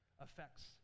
affects